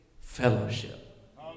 fellowship